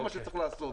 זה מה שצריך לעשות.